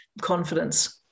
confidence